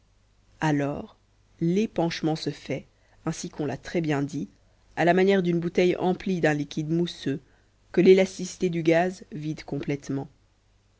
alors l'épanchement se fait ainsi qu'on l'a très bien dit à la manière d'une bouteille emplie d'un liquide mousseux que l'élasticité du gaz vide complètement